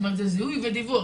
זה זיהוי ודיווח,